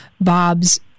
Bob's